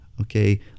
okay